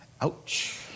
Ouch